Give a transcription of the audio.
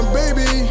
baby